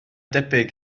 debyg